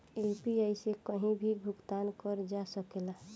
UPI से कहीं भी भुगतान कर जा सकेला?